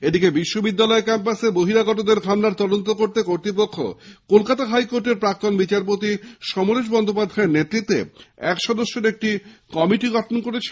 এদিকে বিশ্ব বিদ্যালয় ক্যাম্পাসে বহিরাগতদের হামলার তদন্ত করতে কর্তৃপক্ষ কলকাতা হাইকোর্টের প্রাক্তণ বিচারপতি সমরেশ বন্দোপাধ্যায়ের নেতৃত্বে এক সদস্যের একটি কমিটি গঠন করেছে